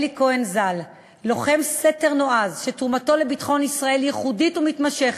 אלי כהן, זיכרונו לברכה,